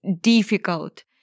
difficult